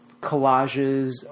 collages